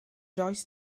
does